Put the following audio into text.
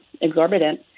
exorbitant